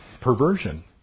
perversion